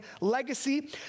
legacy